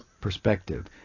perspective